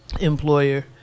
employer